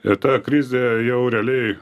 ir ta krizė jau realiai